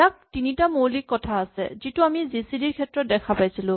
ইয়াত তিনিটা মৌলিক কথা আছে যিটো আমি জি চি ডি ৰ ক্ষেত্ৰত দেখা পাইছিলো